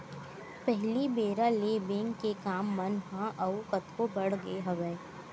पहिली बेरा ले बेंक के काम मन ह अउ कतको बड़ गे हवय